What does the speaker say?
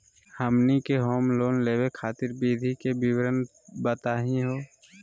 हमनी के home loan लेवे खातीर विधि के विवरण बताही हो?